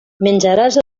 menjaràs